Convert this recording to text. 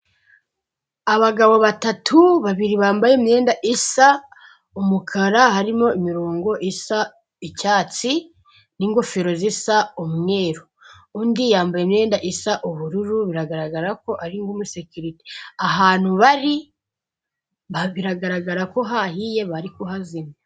Abagabo batatu babiri bambaye imyenda isa umukara harimo imirongo isa icyatsi n'ingofero zisa umweru. Undi yambaye imyenda isa ubururu biragaragara ko ari nk'umusekirite, ahantu bari biragaragara ko hahiye bari kuhazimya,